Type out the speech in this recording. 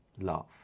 love